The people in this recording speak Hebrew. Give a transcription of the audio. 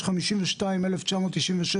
יש 52 אלף ו-996,